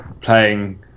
playing